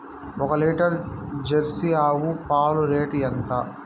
ఒక litre Jersey ఆవు పాలు రేటు ఎంత?